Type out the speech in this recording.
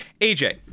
AJ